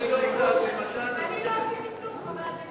אני לא עשיתי כלום.